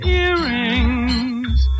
earrings